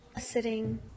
sitting